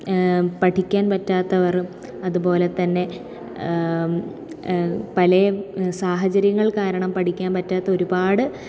പഠിക്കാൻ പറ്റാത്തവർ അതുപോലതന്നെ പല സാഹചര്യങ്ങൾ കാരണം പഠിക്കാൻ പറ്റാത്ത ഒരുപാട്